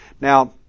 Now